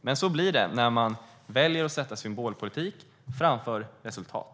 Men så blir det när man väljer att sätta symbolpolitik framför resultat.